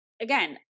again